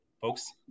folks